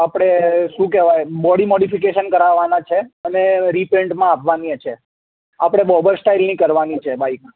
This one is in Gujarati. આપણે શું કહેવાય બોડી મોડિફિકેશન કરાવવાના છે અને રીપેઇન્ટમાં આપવાની ય છે આપણે બોબર સ્ટાઈલની કરવાની છે બાઈક